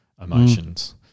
emotions